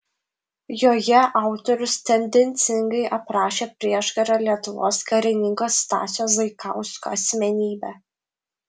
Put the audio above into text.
joje autorius tendencingai aprašė prieškario lietuvos karininko stasio zaikausko asmenybę